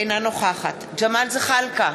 אינה נוכחת ג'מאל זחאלקה,